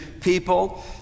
people